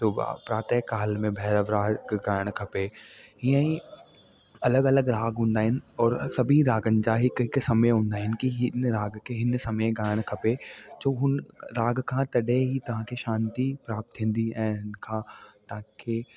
सुबुह प्रातह काल में भैरव राग ॻाइणु खपे हीअं ई अलॻि अलॻि राग हूंदा आहिनि और सभी रागनि जा हिकु हिकु समय हूंदा आहिनि कि हिन राग खे हिन समय ॻाइणु खपे जो हुन राग खां तॾहिं ई तव्हां खे शांती प्राप्त थींदी ऐं हिनखां तव्हां खे